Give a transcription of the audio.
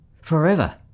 forever